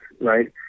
right